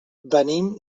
venim